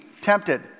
tempted